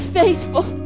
faithful